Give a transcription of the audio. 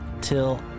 Till